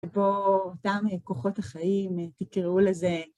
פה אותן כוחות החיים תקראו לזה.